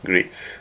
grades